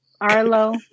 Arlo